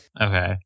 Okay